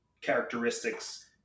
characteristics